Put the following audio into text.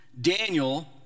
Daniel